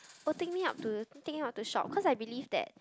oh take me out to take me out to shop cause I believe that